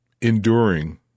enduring